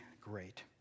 great